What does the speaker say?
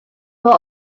were